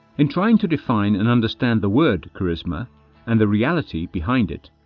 in trying to define and understand the word charisma and the reality behind it,